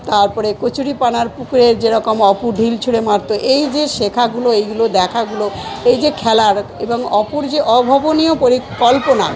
তারপরে কচুরিপানার পুকুরে যেরকম অপু ঢিল ছুঁড়ে মারতো এই যে শেখাগুলো এইগুলো দেখাগুলো এই যে খেলার এবং অপুর যে অভাবনীয় পরি কল্পনা